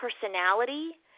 personality